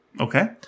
Okay